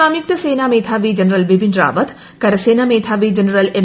സംയുക്ത സേനാ മേധാവി ജനറൽ ബിപിൻ റാവത്ത് കരസേനാ മേധാവി ജനറൽ എം